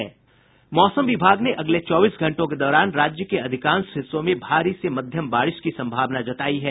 मौसम विभाग ने अगले चौबीस घंटों के दौरान राज्य के अधिकांश हिस्सों में भारी से मध्यम बारिश की संभावना जतायी है